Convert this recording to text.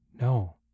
No